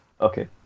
Okay